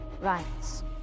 rights